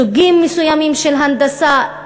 סוגים מסוימים של הנדסה?